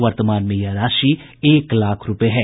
वर्तमान में यह राशि एक लाख रूपये है